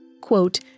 Quote